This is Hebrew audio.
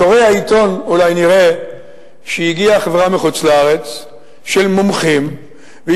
לקוראי העיתון אולי נראה שהגיעה חברה של מומחים מחוץ-לארץ,